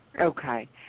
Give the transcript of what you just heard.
okay